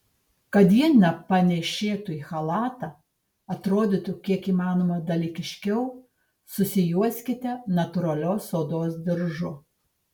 kad ji nepanėšėtų į chalatą atrodytų kiek įmanoma dalykiškiau susijuoskite natūralios odos diržu